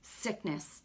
sickness